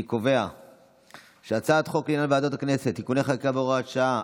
אני קובע שהצעת חוק לעניין ועדות הכנסת (תיקוני חקיקה והוראת שעה),